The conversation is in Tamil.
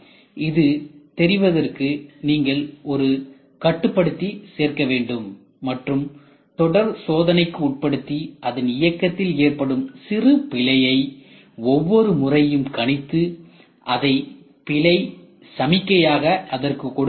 இது தெரிவதற்கு நீங்கள் ஒரு கட்டுப்படுத்தி சேர்க்க வேண்டும் மற்றும் தொடர் சோதனைக்கு உட்படுத்தி அதன் இயக்கத்தில் ஏற்படும் சிறு பிழையை ஒவ்வொரு முறையும் கணித்து அதை பிழை சமிக்கையாக அதற்கு கொடுக்கவேண்டும்